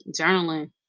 journaling